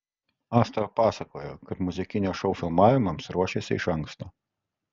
asta pasakojo kad muzikinio šou filmavimams ruošėsi iš anksto